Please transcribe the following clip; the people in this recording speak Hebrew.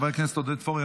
חבר הכנסת עודד פורר,